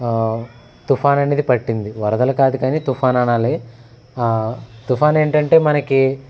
తుఫాను అనేది పట్టింది వరదలు కాదు కానీ తుఫాన్ అనాలి తుఫాన్ ఏంటంటే మనకి